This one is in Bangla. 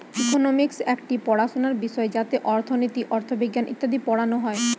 ইকোনমিক্স একটি পড়াশোনার বিষয় যাতে অর্থনীতি, অথবিজ্ঞান ইত্যাদি পড়ানো হয়